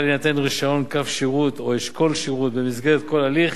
להינתן רשיון קו שירות או אשכול שירות במסגרת אותו הליך